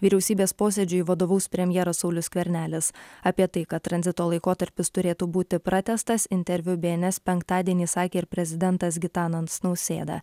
vyriausybės posėdžiui vadovaus premjeras saulius skvernelis apie tai kad tranzito laikotarpis turėtų būti pratęstas interviu bns penktadienį sakė ir prezidentas gitanas nausėda